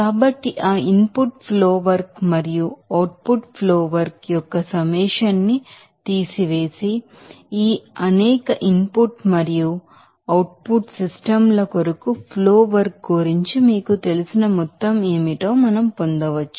కాబట్టి ఆ input flow work మరియు అవుట్ పుట్ ఫ్లో వర్క్ యొక్క సమ్మేషన్ ని తీసివేసి ఈ అనేక ఇన్ పుట్ మరియు అవుట్ పుట్ స్ట్రీమ్ ల కొరకు ఫ్లో వర్క్ గురించి మీకు తెలిసిన మొత్తం ఏమిటో మనం పొందవచ్చు